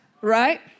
Right